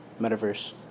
metaverse